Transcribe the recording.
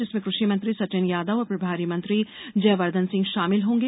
जिसमें कृषिमंत्री सचिव यादव और प्रभारी मंत्री जयवर्धन सिंह शामिल होंगे